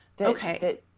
okay